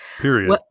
Period